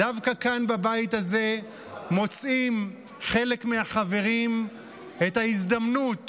דווקא כאן בבית הזה מוצאים חלק מהחברים את ההזדמנות